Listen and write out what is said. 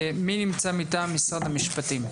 מי נמצא כאן מטעם משרד המשפטים?